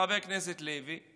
חבר הכנסת לוי.